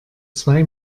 zwei